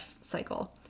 cycle